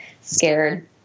scared